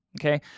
okay